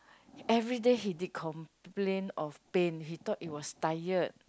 everyday he did complain of pain he thought it was tired